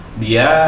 dia